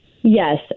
Yes